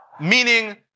Meaning